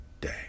day